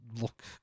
look